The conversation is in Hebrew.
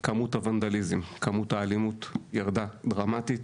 כמות האלימות והוונדליזם ירדה באופן דרמטי.